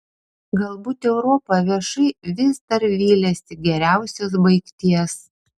galbūt europa viešai vis dar viliasi geriausios baigties